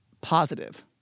positive